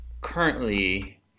currently